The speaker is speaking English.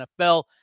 NFL